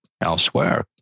elsewhere